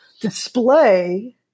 display